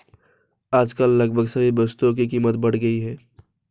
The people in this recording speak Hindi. आजकल लगभग सभी वस्तुओं की कीमत बढ़ गई है